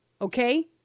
Okay